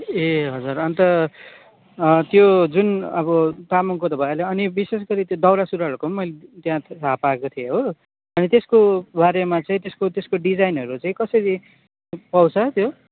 ए हजुर अन्त त्यो जुन अब तामाङको त भइहाल्यो अनि विशेषगरी त्यो दौरा सुरुवालहरूको पनि मैले त्यहाँ थाहा पाएको थिएँ हो अनि त्यसको बारेमा चाहिँ त्यसको त्यसको डिजाइनहरू चाहिँ कसरी पाउँछ त्यो